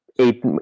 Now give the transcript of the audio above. eight